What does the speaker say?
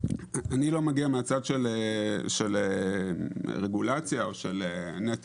אני לא מגיע מהצד של רגולציה או של נטל